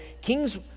kings